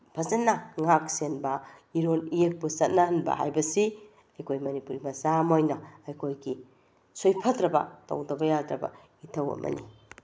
ꯐꯖꯅ ꯉꯥꯛꯁꯦꯟꯕ ꯏꯔꯣꯜ ꯏꯌꯦꯛꯄꯨ ꯆꯠꯅꯍꯟꯕ ꯍꯥꯏꯕꯁꯤ ꯑꯩꯈꯣꯏ ꯃꯅꯤꯄꯨꯔꯤ ꯃꯆꯥ ꯑꯃ ꯑꯣꯏꯅ ꯑꯩꯈꯣꯏꯒꯤ ꯁꯣꯏꯐꯗ꯭ꯔꯕ ꯇꯧꯗ꯭ꯔꯕ ꯌꯥꯗ꯭ꯔꯕ ꯏꯊꯧ ꯑꯃꯅꯤ